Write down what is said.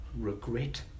regret